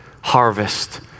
harvest